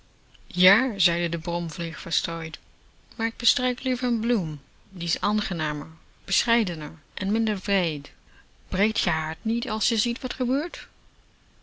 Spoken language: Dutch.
ja zeide de bromvlieg verstrooid maar ik bestrijk liever n bloem die is aangenamer bescheidener en minder wreed breekt je hart niet als je ziet wat gebeurt